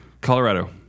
Colorado